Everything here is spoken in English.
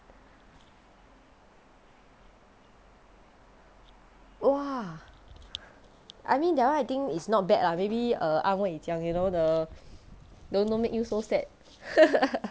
!wah! I mean that one I think is not bad ah maybe the 安慰奖 you know the don't don't make you so sad